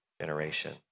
generation